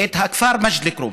את הכפר מג'ד אל-כרום.